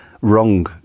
wrong